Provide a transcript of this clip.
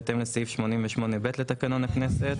בהתאם לסעיף 88(ב) לתקנון הכנסת,